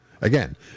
Again